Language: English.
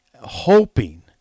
hoping –